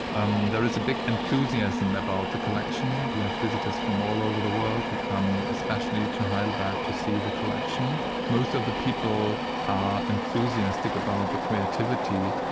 um there is a big enthusiasm about the collection. we have visitors from all over the world who come especially to heidelberg to see the collection. most of the people are enthusiastic about the creativity,